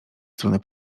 stronę